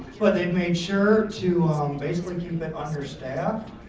but they've made sure to basically keep it understaffed,